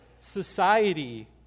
Society